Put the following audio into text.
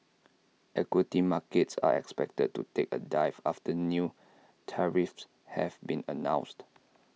equity markets are expected to take A dive after new tariffs have been announced